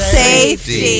safety